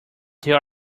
there